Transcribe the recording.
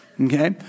okay